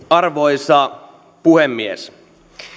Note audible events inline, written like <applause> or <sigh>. <unintelligible> arvoisa puhemies